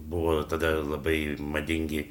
buvo tada labai madingi